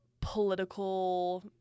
political